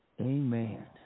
Amen